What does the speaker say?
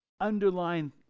underlying